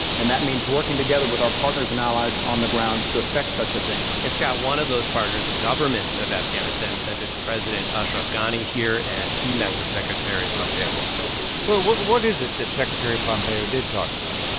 and that means working together with our partners and allies on the ground to effect such a thing and, scott, one of those partners, the government of afghanistan, sent its president, ashraf ghani, here. and he met with secretary pompeo yesterday well, what what is it that secretary pompeo did talk about?